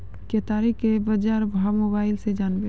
केताड़ी के बाजार भाव मोबाइल से जानवे?